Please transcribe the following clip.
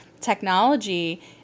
technology